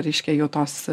reiškia jau tos